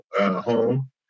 home